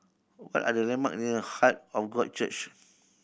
what are the landmarks near Heart of God Church